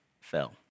fell